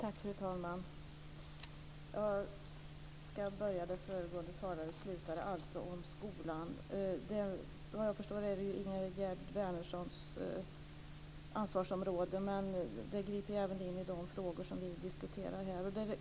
Fru talman! Jag ska börja där föregående talare slutade, dvs. om skolan. Vad jag förstår är skolan Ingegerd Wärnerssons ansvarsområde, men den griper även in i de frågor vi diskuterar här.